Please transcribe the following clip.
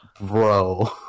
bro